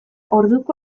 orduko